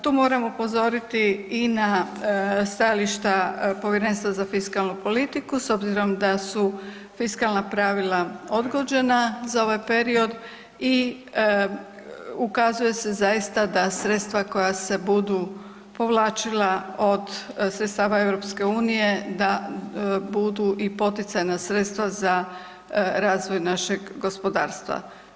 Tu moram upozoriti i na stajališta Povjerenstva za fiskalnu politiku s obzirom da su fiskalna pravila odgođena za ovaj period i ukazuje se zaista da sredstva koja se budu povlačila od sredstva Europske unije da budu i poticajna sredstva za razvoj našeg gospodarstva.